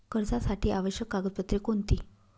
कर्जासाठी आवश्यक कागदपत्रे कोणती?